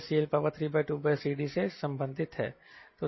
यह CL32CDसे संबंधित है